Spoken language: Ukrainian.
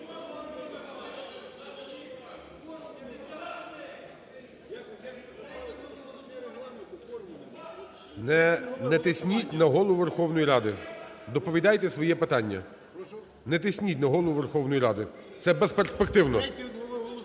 Не тисніть на Голову Верховної Ради! (Шум у залі) Доповідайте своє питання. Не тисніть на Голову Верховної Ради, це безперспективно.